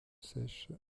sèches